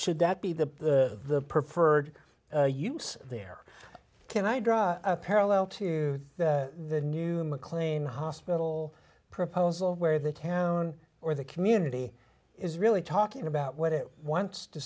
should that be the preferred use there can i draw a parallel to the new mclean hospital proposal where the town or the community is really talking about what it wants to